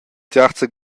tiarza